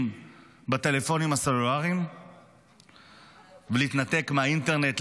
בטלפונים הסלולריים ולהתנתק מהאינטרנט,